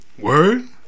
Word